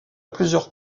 plusieurs